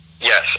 Yes